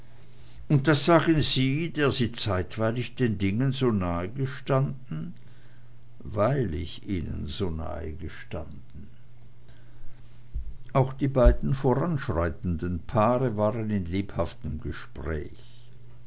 und das sagen sie der sie zeitweilig den dingen so nahegestanden weil ich ihnen so nahegestanden auch die beiden voranschreitenden paare waren in lebhaftem gespräch